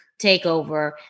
TakeOver